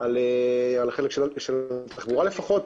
על התחבורה לפחות.